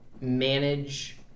manage